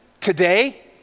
today